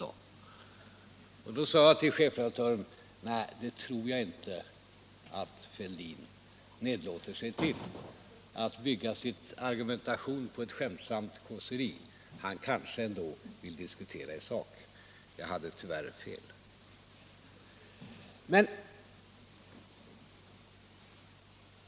Då svarade jag chefredaktören: Nej, jag tror inte Fälldin nedlåter sig till att bygga sin argumenatation på ett skämtsamt kåseri. Han kanske vill diskutera i sak. — Jag hade tyvärr fel.